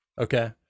Okay